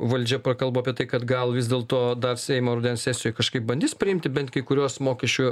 valdžia prakalbo apie tai kad gal vis dėlto dar seimo rudens sesijoj kažkaip bandys priimti bent kai kuriuos mokesčių